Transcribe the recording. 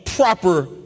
proper